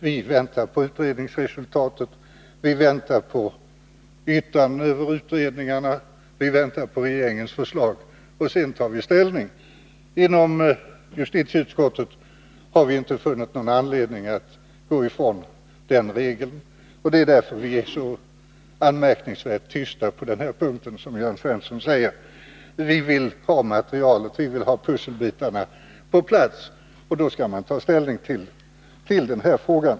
Vi väntar på utredningens resultat, på yttranden över utredningarna och på regeringens förslag, och sedan tar vi ställning. Inom justitieutskottet har vi inte funnit någon anledning att gå ifrån den regeln. Det är därför som vi är så anmärkningsvärt tysta på den punkten, som Jörn Svensson säger. Vi vill ha materialet. Vi vill ha pusselbitarna på plats, och sedan skall vi ta ställning till frågan.